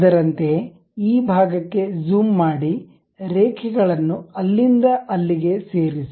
ಅದರಂತೆಯೇ ಈ ಭಾಗಕ್ಕೆ ಜೂಮ್ ಮಾಡಿ ರೇಖೆಗಳನ್ನು ಅಲ್ಲಿಂದ ಅಲ್ಲಿಗೆ ಸೇರಿಸಿ